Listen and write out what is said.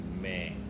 man